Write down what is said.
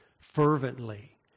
fervently